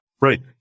Right